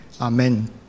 Amen